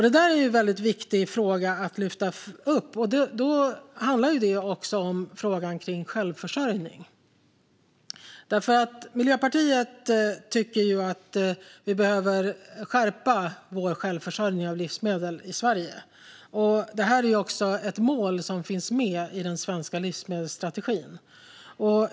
Det är ju en väldigt viktig fråga att lyfta upp, och den handlar också om frågan om självförsörjning. Miljöpartiet tycker att vi behöver öka vår självförsörjning av livsmedel i Sverige. Det är också ett mål som finns med i den svenska livsmedelsstrategin.